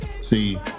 See